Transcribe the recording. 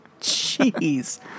jeez